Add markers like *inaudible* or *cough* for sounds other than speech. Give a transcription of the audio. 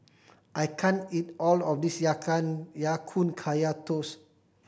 I can't eat all of this ya *unintelligible* Ya Kun Kaya Toast